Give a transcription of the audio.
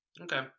Okay